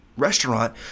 restaurant